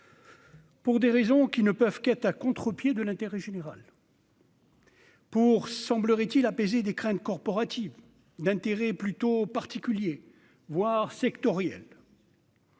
Pour des raisons qui ne peuvent qu'être à contre-pied de l'intérêt général. Pour semblerait-il apaiser des craintes corporative d'intérêt plutôt particulier, voire sectorielles.